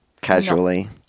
casually